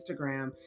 Instagram